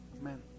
Amen